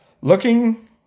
Looking